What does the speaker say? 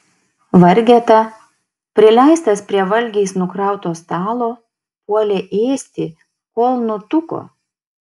vargeta prileistas prie valgiais nukrauto stalo puolė ėsti kol nutuko